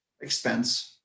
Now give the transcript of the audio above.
expense